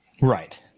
Right